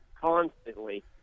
constantly